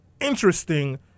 interesting